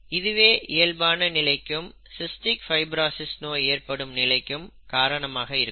இதுவே இயல்பான நிலைக்கும் சிஸ்டிக் ஃபைபிரசிஸ் நோய் ஏற்படும் நிலைக்கும் காரணமாக இருக்கும்